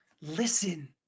Listen